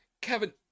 Kevin